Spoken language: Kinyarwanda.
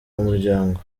umuryango